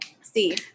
See